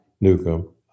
Newcomb